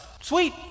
Sweet